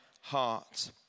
heart